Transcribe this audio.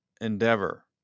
endeavor